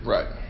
Right